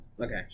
Okay